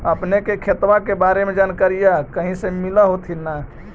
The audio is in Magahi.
अपने के खेतबा के बारे मे जनकरीया कही से मिल होथिं न?